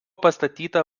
pastatyta